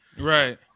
right